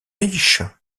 riches